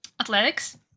Athletics